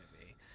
movie